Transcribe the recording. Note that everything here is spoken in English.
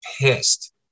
pissed